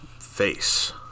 face